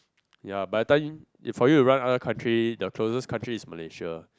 ya by the time for you to run other country the closest country is Malaysia